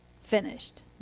Finished